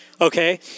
Okay